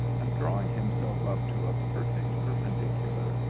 and, drawing him self up to a perfect perpendicular,